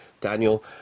Daniel